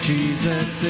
Jesus